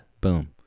Boom